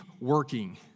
working